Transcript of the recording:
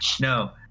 No